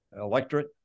electorate